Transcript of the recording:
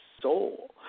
soul